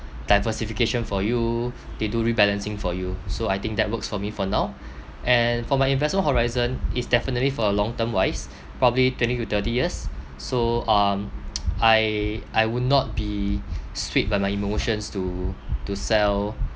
diversification for you they do rebalancing for you so I think that works for me for now and for my investment horizon is definitely for a long term wise probably twenty to thirty years so um I I would not be swayed by my emotions to to sell